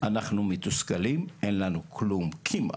אנחנו מתוסכלים ואין לנו כלום כמעט.